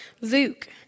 Luke